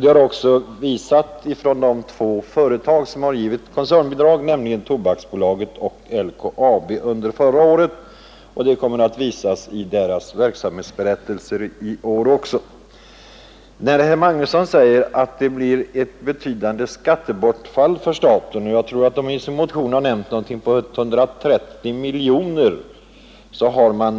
De har även visats av de två företag som givit koncernbidrag under förra året, nämligen Tobaksbolaget och LKAB, och de kommer att visas i deras verksamhetsberättelser också i år. Herr Magnusson i Borås säger att det blir ett betydande skattebortfall för staten, men när man i motionen har nämnt ett belopp på 130 miljoner har man